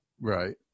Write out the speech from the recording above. Right